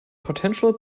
potential